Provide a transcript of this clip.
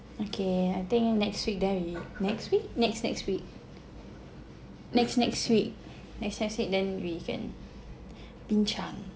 okay I think next week then we next week next next week next next week next next week then we can bincang